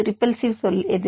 repulsive சொல் எது